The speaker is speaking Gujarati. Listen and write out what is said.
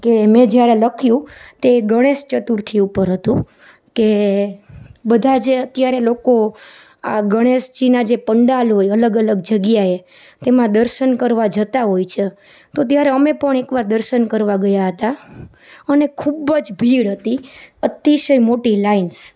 કે મે જ્યારે લખ્યું તે ગણેશ ચતુર્થી ઉપર હતું કે બધાં જે અત્યારે લોકો આ ગણેશજીના જે પંડાલ હોય અલગ અલગ જગ્યાએ તેમાં દર્શન કરવા જતાં હોય છે તો ત્યારે અમે પણ એકવાર દર્શન કરવા ગયાં હતાં અને ખૂબ જ ભીડ હતી અતિશય મોટી લાઇન્સ